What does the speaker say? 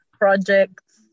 projects